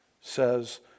says